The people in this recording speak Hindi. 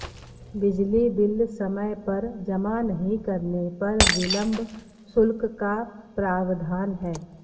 बिजली बिल समय पर जमा नहीं करने पर विलम्ब शुल्क का प्रावधान है